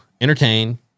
entertain